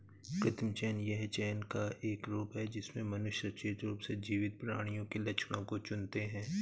कृत्रिम चयन यह चयन का एक रूप है जिससे मनुष्य सचेत रूप से जीवित प्राणियों के लक्षणों को चुनते है